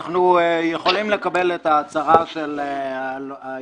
אנחנו יכולים לקבל את ההצהרה של היועצת